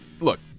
look